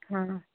हां